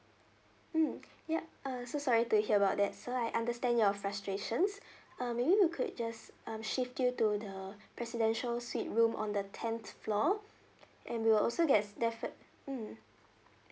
mm ya uh so sorry to hear about that sir I understand your frustrations uh maybe we could just um shift you to the presidential suite room on the tenth floor and we'll also gets defi~ mm